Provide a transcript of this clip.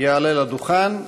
יעלה לדוכן,